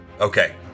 Okay